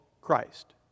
Christ